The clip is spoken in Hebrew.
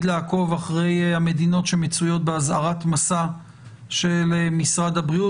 לעקוב אחר המדינות שמצויות באזהרת מסע של משרד הבריאות